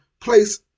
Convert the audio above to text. place